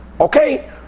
okay